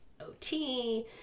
OT